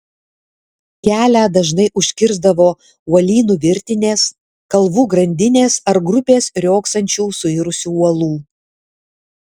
kelią dažnai užkirsdavo uolynų virtinės kalvų grandinės ar grupės riogsančių suirusių uolų